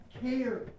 care